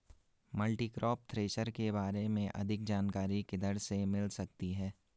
Multicrop thresher के बारे में अधिक जानकारी किधर से मिल सकती है?